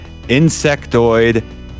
insectoid